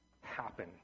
happen